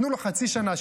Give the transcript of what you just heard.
תנו לו חצי שנה,